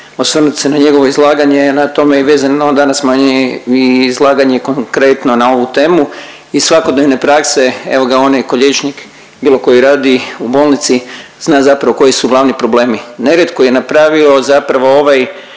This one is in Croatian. osvrnut se na njegovo izlaganje na tome je vezano danas moje izlaganje konkretno na ovu temu. Iz svakodnevne prakse evo ga onaj tko je liječnik bilo koji radi u bolnici zna zapravo koji su zapravo glavni problemi. Nerijetko je napravio zapravo ovaj